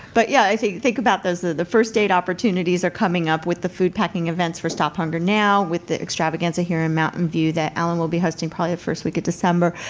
but yeah, think think about those. the the first date opportunities are coming up with the food packing events for stop hunger now with the extravaganza here in mountain view that alan will be hosting probably the first week of december.